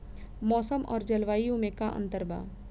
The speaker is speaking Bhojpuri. मौसम और जलवायु में का अंतर बा?